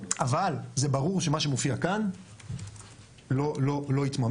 אבל זה ברור שמה שמופיע כאן לא יתממש,